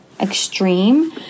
extreme